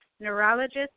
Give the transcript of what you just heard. neurologist